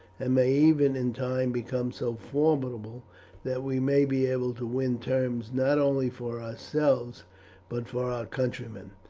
and may even in time become so formidable that we may be able to win terms not only for ourselves but for our countrymen.